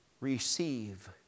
Receive